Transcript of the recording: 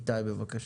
איתי, בבקשה.